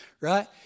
right